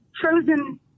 frozen